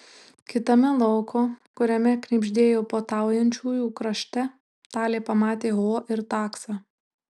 kitame lauko kuriame knibždėjo puotaujančiųjų krašte talė pamatė ho ir taksą